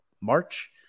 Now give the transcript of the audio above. march